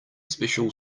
special